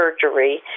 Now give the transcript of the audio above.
surgery